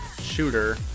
shooter